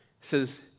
says